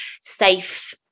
safe